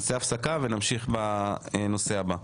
נעשה הפסקה ונמשיך בנושא הבא.